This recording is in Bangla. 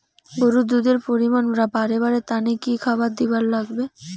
গরুর দুধ এর পরিমাণ বারেবার তানে কি খাবার দিবার লাগবে?